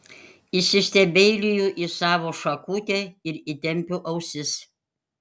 įsistebeiliju į savo šakutę ir įtempiu ausis